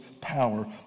power